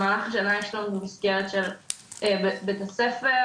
בהלך השנה יש לנו מסגרת של בית הספר,